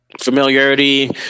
familiarity